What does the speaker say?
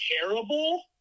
terrible